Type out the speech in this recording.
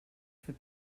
fer